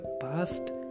past